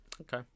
Okay